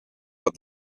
but